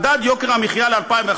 מדד יוקר המחיה ל-2011,